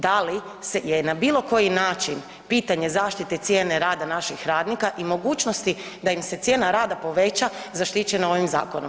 Da li se je na bilo koji način pitanje zaštite cijene rada naših radnika i mogućnosti da im se cijena rada poveća zaštićeno ovim zakonom?